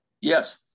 Yes